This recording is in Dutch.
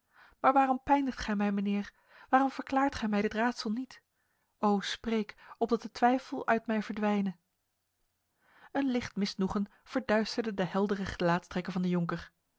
maar waarom pijnigt gij mij mijnheer waarom verklaart gij mij dit raadsel niet o spreek opdat de twijfel uit mij verdwijne een licht misnoegen verduisterde de heldere gelaatstrekken van de jonker